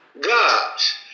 gods